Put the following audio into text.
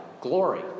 Glory